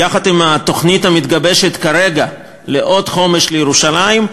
יחד עם התוכנית המתגבשת כרגע, לעוד חומש לירושלים,